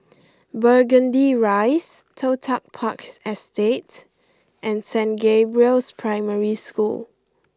Burgundy Rise Toh Tuck Parks Estate and Saint Gabriel's Primary School